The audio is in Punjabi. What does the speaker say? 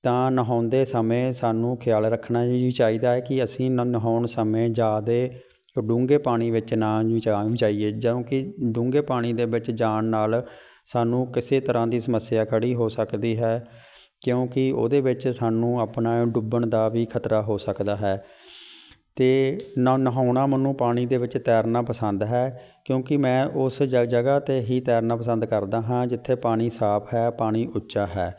ਤਾਂ ਨਹਾਉਂਦੇ ਸਮੇਂ ਸਾਨੂੰ ਖਿਆਲ ਰੱਖਣਾ ਹੀ ਚਾਹੀਦਾ ਹੈ ਕਿ ਅਸੀਂ ਨ ਨਹਾਉਣ ਸਮੇਂ ਜ਼ਿਆਦੇ ਡੂੰਘੇ ਪਾਣੀ ਵਿੱਚ ਨਾ ਜਾ ਜਾਈਏ ਕਿਉਂਕਿ ਡੂੰਘੇ ਪਾਣੀ ਦੇ ਵਿੱਚ ਜਾਣ ਨਾਲ ਸਾਨੂੰ ਕਿਸੇ ਤਰ੍ਹਾਂ ਦੀ ਸਮੱਸਿਆ ਖੜ੍ਹੀ ਹੋ ਸਕਦੀ ਹੈ ਕਿਉਂਕਿ ਉਹਦੇ ਵਿੱਚ ਸਾਨੂੰ ਆਪਣਾ ਡੁੱਬਣ ਦਾ ਵੀ ਖਤਰਾ ਹੋ ਸਕਦਾ ਹੈ ਅਤੇ ਨਾ ਨਹਾਉਣਾ ਮੈਨੂੰ ਪਾਣੀ ਦੇ ਵਿੱਚ ਤੈਰਨਾ ਪਸੰਦ ਹੈ ਕਿਉਂਕਿ ਮੈਂ ਉਸ ਜ ਜਗ੍ਹਾ 'ਤੇ ਹੀ ਤੈਰਨਾ ਪਸੰਦ ਕਰਦਾ ਹਾਂ ਜਿੱਥੇ ਪਾਣੀ ਸਾਫ ਹੈ ਪਾਣੀ ਉੱਚਾ ਹੈ